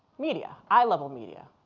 media eye-level media.